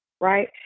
right